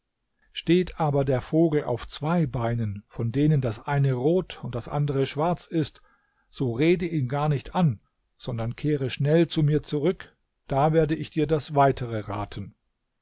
steht aber der vogel auf zwei beinen von denen das eine rot und das andere schwarz ist so rede ihn gar nicht an sondern kehre schnell zu mir zurück da werde ich dir das weitere raten